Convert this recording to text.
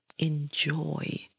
enjoy